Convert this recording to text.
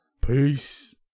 peace